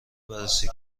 بررسی